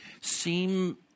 seem